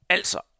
Altså